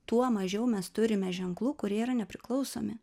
tuo mažiau mes turime ženklų kurie yra nepriklausomi